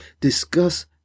discuss